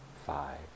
five